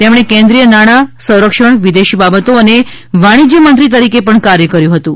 તેમણે કેન્દ્રીય નાણાં સંરક્ષણ વિદેશી બાબતો અને વાણિજ્ય મંત્રી તરીકે પણ કાર્ય કર્યું હતું